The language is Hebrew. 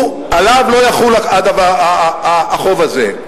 עליו לא יחול החוב הזה.